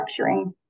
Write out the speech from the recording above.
structuring